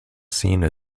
scene